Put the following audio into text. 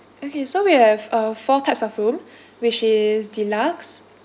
okay so we have uh four types of room which is deluxe